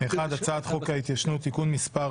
הצעת חוק ההתיישנות (תיקון מס'